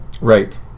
Right